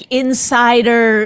insider